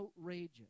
outrageous